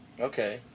Okay